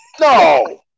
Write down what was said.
no